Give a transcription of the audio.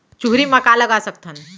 चुहरी म का लगा सकथन?